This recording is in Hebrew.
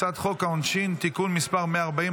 אני קובע כי הצעת חוק שחרור על תנאי ממאסר (תיקון מס' 17,